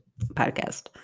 podcast